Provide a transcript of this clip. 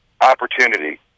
opportunity